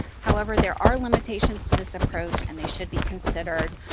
however, there are limitations to this approach, and they should be considered,